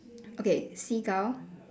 okay seagull